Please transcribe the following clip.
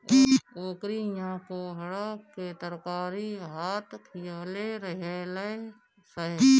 ओकरी इहा कोहड़ा के तरकारी भात खिअवले रहलअ सअ